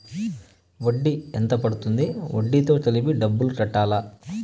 వడ్డీ ఎంత పడ్తుంది? వడ్డీ తో కలిపి డబ్బులు కట్టాలా?